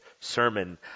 sermon